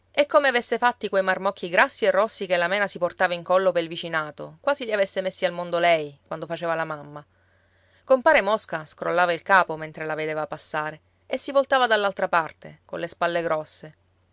e come avesse fatti quei marmocchi grassi e rossi che la mena si portava in collo pel vicinato quasi li avesse messi al mondo lei quando faceva la mamma compare mosca scrollava il capo mentre la vedeva passare e si voltava dall'altra parte colle spalle grosse